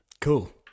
Cool